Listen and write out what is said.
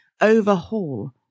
overhaul